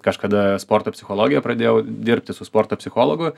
kažkada sporto psichologija pradėjau dirbti su sporto psichologu